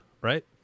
right